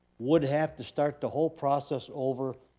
would have to start the whole process over.